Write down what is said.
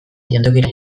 jantokira